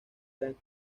eran